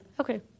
Okay